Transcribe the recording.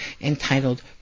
entitled